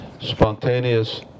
spontaneous